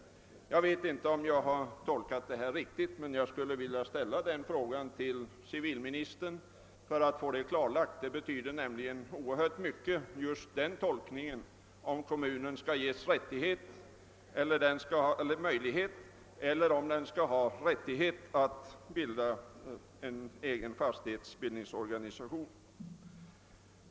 Jag vet inte om jag tolkat detta rätt men skulle vilja fråga civilministern om den saken för att få det hela klarlagt, eftersom det betyder oerhört mycket om kommunen efter prövning skall beredas möjlighe ter, eller om den skall ha rättighet att inrätta en egen fastighetsbildningsorganisation.